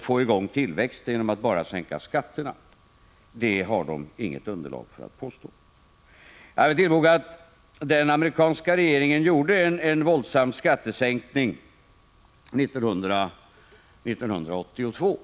få i gång tillväxten bara genom att sänka skatterna, har de inget underlag för att påstå. Den amerikanska regeringen genomförde en våldsam skattesänkning 1982.